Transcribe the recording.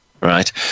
Right